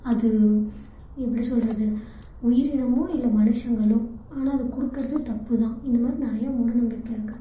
அது எப்படி சொல்கிறது உயிரினமோ இல்லை மனுஷங்களோ ஆனால் அதை கொடுக்கறது தப்பு தான் இந்த மாதிரி நிறையா மூடநம்பிக்கை இருக்குது